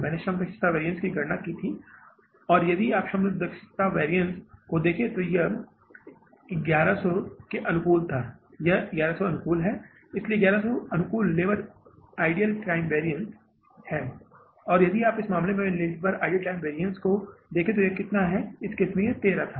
हमें श्रम दक्षता वैरिअन्स की गणना करनी थी और यदि आप श्रम दक्षता वैरिअन्स को देखें तो यह 1100 के अनुकूल था यह वैरिअन्स 1100 के अनुकूल है इसलिए यह 1100 अनुकूल लेबर आइडल समय वैरिअन्स है यदि आप इस मामले में लेबर आइडल समय वैरिअन्स को देखें तो कितना अधिक है इस केस में यह 13 था